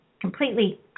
completely